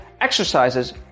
exercises